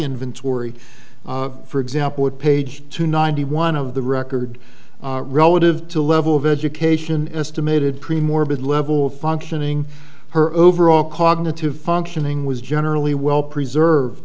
inventory for example with page two ninety one of the record relative to level of education estimated pre morbid level of functioning her overall cognitive functioning was generally well preserved